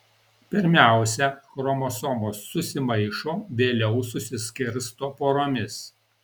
pirmiausia chromosomos susimaišo vėliau susiskirsto poromis